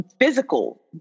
physical